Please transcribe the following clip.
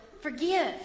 forgive